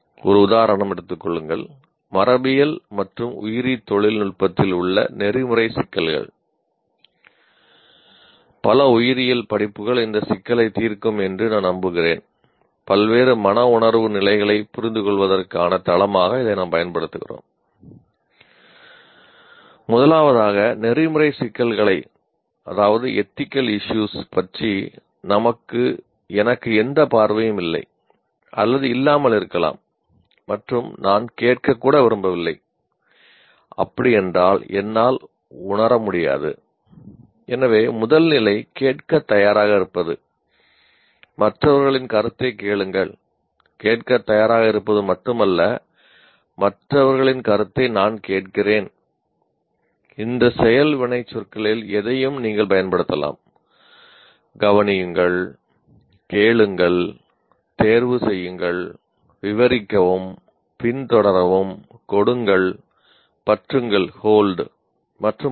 ஒரு உதாரணம் எடுத்துக் கொள்ளுங்கள் மரபியல் மற்றும் உயிரி தொழில்நுட்பத்தில் உள்ள நெறிமுறை சிக்கல்கள் மற்றும் பல